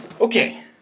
Okay